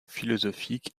philosophique